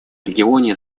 регионе